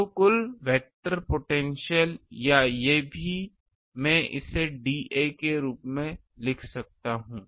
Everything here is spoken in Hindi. तो कुल वेक्टर पोटेंशियल या ये भी मैं इसे dA के रूप में लिख सकता हूं